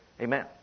Amen